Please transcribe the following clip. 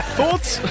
Thoughts